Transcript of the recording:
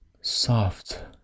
soft